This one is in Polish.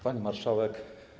Pani Marszałek!